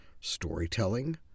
storytelling